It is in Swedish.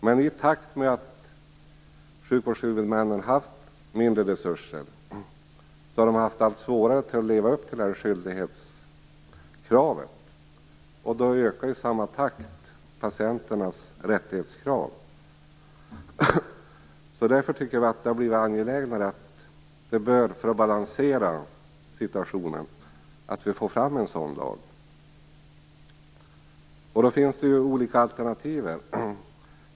Men i takt med att sjukvårdshuvudmännen har haft mindre resurser har de fått allt svårare att leva upp till skyldighetskraven. I samma takt ökar patienternas rättighetskrav. Därför tycker jag att det för att balansera situationen har blivit angelägnare att få fram en sådan lag. Det finns olika alternativ.